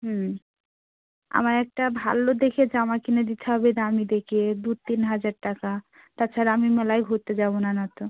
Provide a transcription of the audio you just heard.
হুম আমার একটা ভালো দেখে জামা কিনে দিতে হবে দামি দেখে দু তিন হাজার টাকা তাছাড়া আমি মেলায় ঘুরতে যাবো না নয়তো